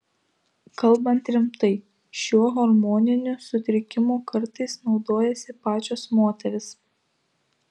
kalbant rimtai šiuo hormoniniu sutrikimu kartais naudojasi pačios moterys